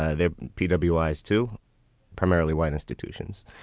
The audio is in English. they're p w wise to primarily white institutions.